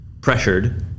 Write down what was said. pressured